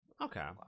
Okay